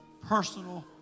personal